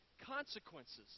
consequences